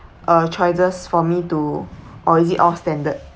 uh choices for me to or is it all standard